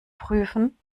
prüfen